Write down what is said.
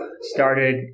started